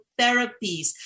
therapies